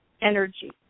energy